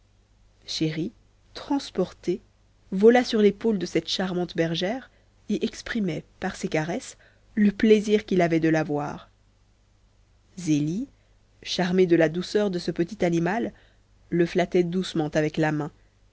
chéri transporté vola sur l'épaule de cette charmante bergère et exprimait par ses caresses le plaisir qu'il avait de la voir zélie charmée de la douceur de ce petit animal le flattait doucement avec la main